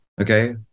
Okay